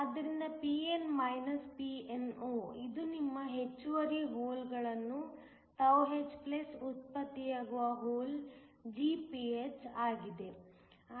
ಆದ್ದರಿಂದ pn pno ಇದು ನಿಮ್ಮ ಹೆಚ್ಚುವರಿ ಹೋಲ್ಗಳನ್ನು τh ಉತ್ಪತ್ತಿಯಾಗುವ ಹೋಲ್ Gph ಆಗಿದೆ